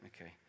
Okay